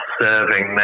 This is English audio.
serving